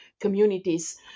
communities